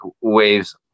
waves